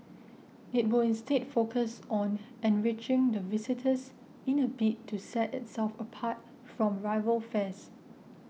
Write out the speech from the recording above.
it will instead focus on enriching the visitor's in a bid to set itself apart from rival fairs